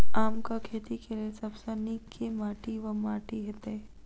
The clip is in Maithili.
आमक खेती केँ लेल सब सऽ नीक केँ माटि वा माटि हेतै?